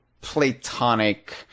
platonic